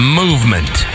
movement